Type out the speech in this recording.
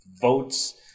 votes